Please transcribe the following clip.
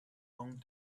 long